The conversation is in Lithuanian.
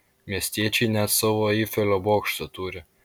miestiečiai net savo eifelio bokštą turi